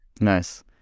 Nice